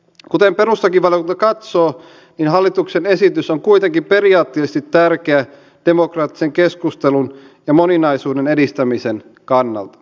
kuten perustuslakivaliokunta katsoo niin hallituksen esitys on kuitenkin periaatteellisesti tärkeä demokraattisen keskustelun ja moninaisuuden edistämisen kannalta